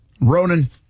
Ronan